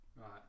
Right